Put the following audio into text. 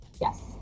Yes